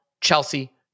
Chelsea